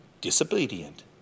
disobedient